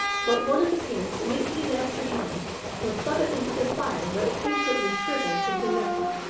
but one of the bills immediately left her hand and fluttered into the fire where it instantly shrivelled into nothing.